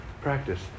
practice